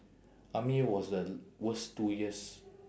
army was the worst two years